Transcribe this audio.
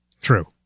True